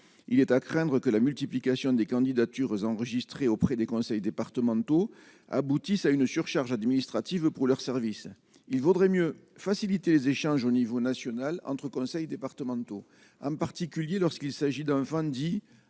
il est à craindre que la multiplication des candidatures enregistrées auprès des conseils départementaux aboutissent à une surcharge administrative pour leurs services, il vaudrait mieux faciliter les échanges au niveau national entre conseils départementaux, en particulier lorsqu'il s'agit d'un fan dits